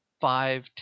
five